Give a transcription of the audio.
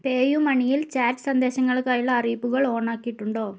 പേയുമണി യിൽ ചാറ്റ് സന്ദേശങ്ങൾക്കായുള്ള അറിയിപ്പുകൾ ഓണാക്കിയിട്ടുണ്ടോ